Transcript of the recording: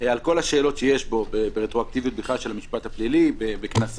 על כל השאלות שיש בהן ברטרואקטיביות בכלל של המשפט הפלילי בקנסות,